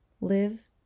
Live